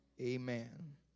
Amen